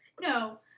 No